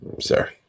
sir